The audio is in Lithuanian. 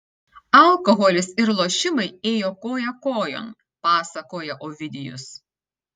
alkoholis ir lošimai ėjo koja kojon pasakoja ovidijus